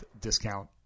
discount